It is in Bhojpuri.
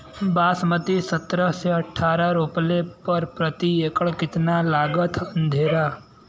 बासमती सत्रह से अठारह रोपले पर प्रति एकड़ कितना लागत अंधेरा?